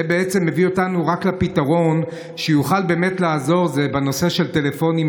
זה בעצם מביא אותנו רק לפתרון שיוכל באמת לעזור בנושא של טלפונים,